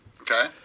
Okay